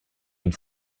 une